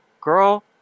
girl